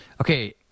Okay